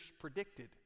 predicted